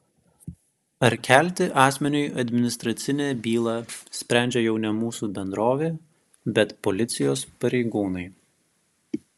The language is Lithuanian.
ar kelti asmeniui administracinę bylą sprendžia jau ne mūsų bendrovė bet policijos pareigūnai